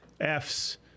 Fs